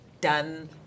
done